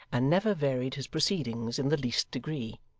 and never varied his proceedings in the least degree.